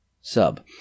sub